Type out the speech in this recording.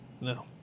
No